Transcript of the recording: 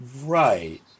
Right